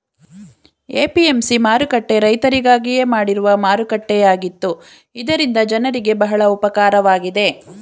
APMC ಮಾರುಕಟ್ಟೆ ರೈತರಿಗಾಗಿಯೇ ಮಾಡಿರುವ ಮಾರುಕಟ್ಟೆಯಾಗಿತ್ತು ಇದರಿಂದ ಜನರಿಗೆ ಬಹಳ ಉಪಕಾರವಾಗಿದೆ